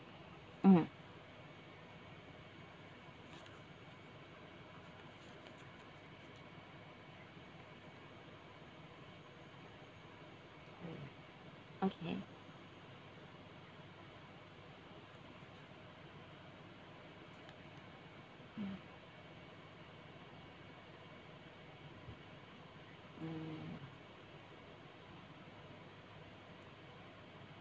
mm mm okay mm mm